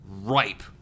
ripe